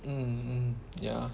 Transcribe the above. mm mm ya